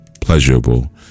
pleasurable